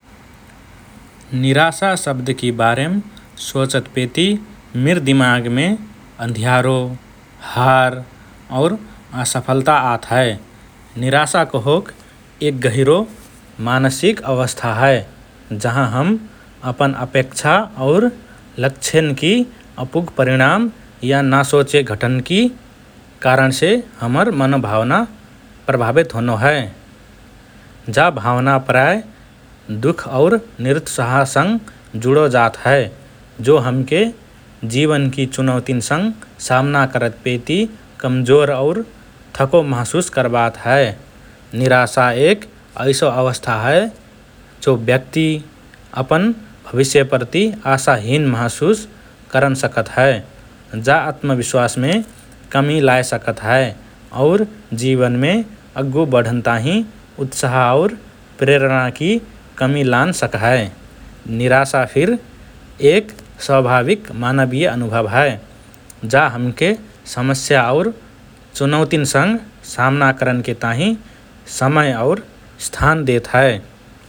“निराशा” शब्दकि बारेम सोचतपेति मिर दिमागमे अँध्यारो, हार और असफलता आत हए । निराशा कहोक एक गहिरो मानसिक अवस्था हए, जहाँ हम अपन अपेक्षा और लक्ष्यन्कि अपुग परिणाम या ना सोचे घटनन्कि कारणसे हमर मनोभावना प्रभावित होनो हए । जा भावना प्रायः दुःख और निरुत्साहसँग जुडो जात हए, जो हमके जीवनकि चुनौतीन्सँग सामना करतपेति कमजोर और थको महसुस करबात हए । निराशा एक ऐसो अवस्था हए जो व्यक्ति अपन भविष्यप्रति आशाहीन महसुस करन सकत हए । जा अत्मविश्वासमे कमि लाए सकत हए और जीवनमे अग्गु बढन ताहिँ उत्साह और प्रेरणाकि कमि लान सक्हए । निराशा फिर एक स्वाभाविक मानवीय अनुभव हए । जा हमके समस्या और चुनौतीन् सँग सामना करनके ताहिँ समय और स्थान देत हए ।